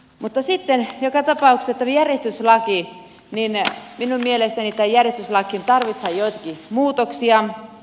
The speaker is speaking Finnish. mutta sitten joka tapauksessa minun mielestäni tähän järjestyslakiin tarvitaan joitakin muutoksia